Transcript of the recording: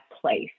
place